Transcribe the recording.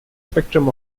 spectrum